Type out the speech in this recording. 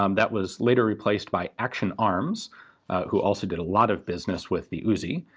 um that was later replaced by action arms who also did a lot of business with the uzi,